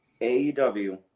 AEW